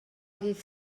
ddydd